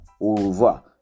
Over